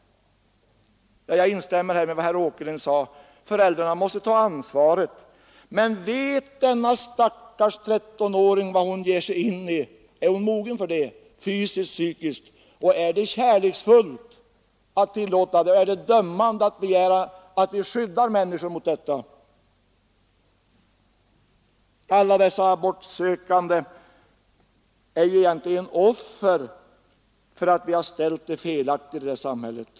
Jag instämmer i vad herr Åkerlind sade: föräldrarna borde få ta ansvaret. Men vet denna stackars 13-åring vad hon ger sin in i? Är hon mogen för det fysiskt och psykiskt? Är det kärleksfullt att tillåta sådant, är det dömande att begära att vi skyddar människor mot detta? Alla dessa abortsökande är egentligen offer för att vi har ordnat samhället på ett felaktigt sätt.